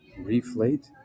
Reflate